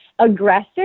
aggressive